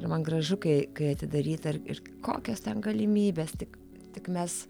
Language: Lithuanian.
ir man gražu kai kai atidaryta ir kokios ten galimybės tik tik mes